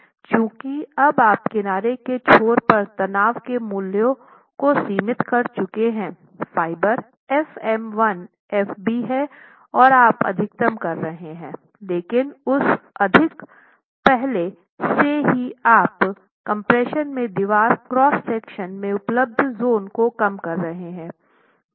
चूंकि अब आप किनारे के छोर पर तनाव के मूल्यों को सीमित कर चुके हैं फाइबर fm1 fb है आप अधिकतम कर रहे हैं लेकिन उस अधिक पहले से ही आप कम्प्रेशन में दीवार क्रॉस सेक्शन में उपलब्ध ज़ोन को कम कर रहे हैं